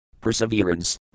perseverance